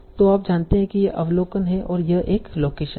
तो आप जानते हैं कि यह अवलोकन है और यह एक लोकेशन है